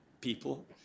people